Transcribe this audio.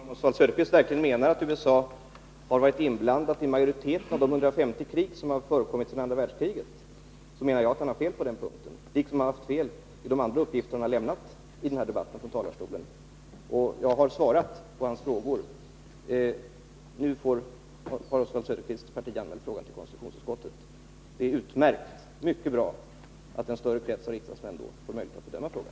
Fru talman! Om Oswald Söderqvist verkligen menar att USA har varit inblandat i majoriteten av de krig som har utspelats sedan andra världskriget, måste jag framhålla att han har fel på den punkten. Likaså har han fel när det gäller de andra uppgifter som han lämnat i den här debatten. Dessutom: Jag har svarat på Oswald Söderqvists frågor. Oswald Söderqvist har som sagt anmält frågan till konstitutionsutskottet, och det är utmärkt. Det är mycket bra att en större krets av riksdagsmän får möjlighet att bedöma frågan.